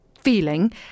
feeling